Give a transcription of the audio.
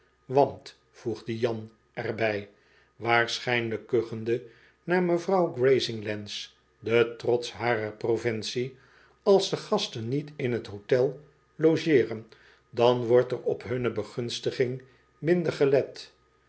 want voegde jan er bij waarschijnlijk kuchende naar mevrouw grazinglands de trots harer provincie als de gasten niet in t hotel logeeren dan wordt er op hunne begunstiging minder gelet